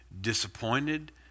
disappointed